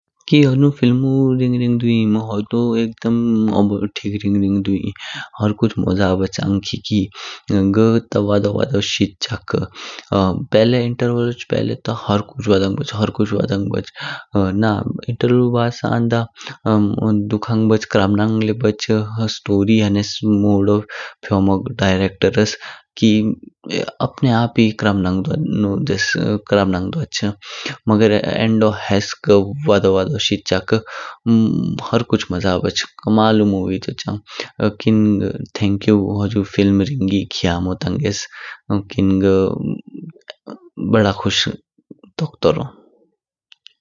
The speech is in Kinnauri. की होदो फिल्म रिंग रिंग दुंईन म्म होदो एकदम ठीक रिंग रिंग दुंई। हरकुछ म्ज़ा बच्छ आंद खी खी। घ ता वडो वडो शिचक। पहले इंटर्वल लोच पहले ता हरकुछ वाडांग बच्छ हरकुछ वाडांग बच्छ ना। इंटर्वलु बाद सान्दा दुखांग ले बाच क्राबनाग ले बाच स्टोरी ह्नेस मोडो फ्योमग डायरेक्टर्स की अपने अप ही क्राबनन द्वानो देस करबनाग द्वाच। मगर एंडो हसे वडो वडो शिचक। हरकुछ म्ज़ा बाच कमालू मूवी तोच। किन थैंक यू हुज़ू मूवी रिंगी ख्यामो तांगेस। किन घ बडा खुश टोक।